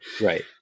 Right